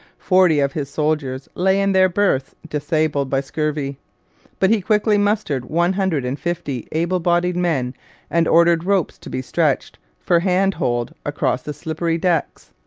forty of his soldiers lay in their berths disabled by scurvy but he quickly mustered one hundred and fifty able-bodied men and ordered ropes to be stretched, for hand hold, across the slippery decks.